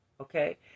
okay